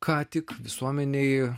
ką tik visuomenei